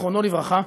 זיכרונו לברכה,